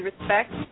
respect